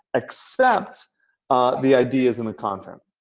except the ideas and the content.